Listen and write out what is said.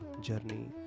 journey